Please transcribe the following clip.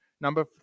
Number